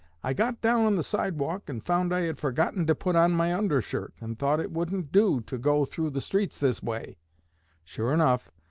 i got down on the sidewalk, and found i had forgotten to put on my undershirt, and thought it wouldn't do to go through the streets this way sure enough,